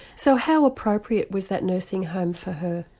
so how appropriate was that nursing home for her?